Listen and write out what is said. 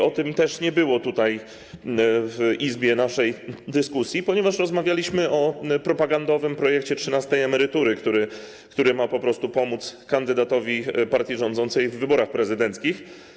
O tym też nie było w naszej Izbie dyskusji, ponieważ rozmawialiśmy o propagandowym projekcie trzynastej emerytury, który ma po prostu pomóc kandydatowi partii rządzącej w wyborach prezydenckich.